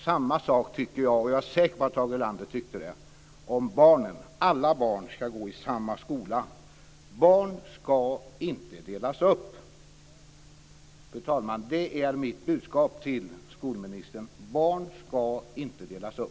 Samma sak tycker jag, och jag är säker på att Tage Erlander tyckte det, om barnen. Alla barn ska gå i samma skola! Barn ska inte delas upp! Fru talman! Det är mitt budskap till skolministern: Barn ska inte delas upp!